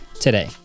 today